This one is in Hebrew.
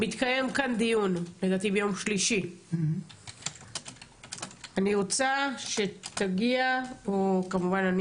יתקיים כאן דיון ביום שלישי אני אשמח שיגיע מישהו